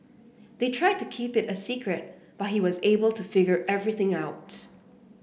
they tried to keep it a secret but he was able to figure everything out